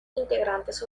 integrantes